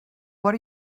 what